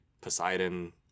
Poseidon